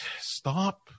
stop